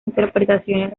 interpretaciones